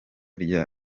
rya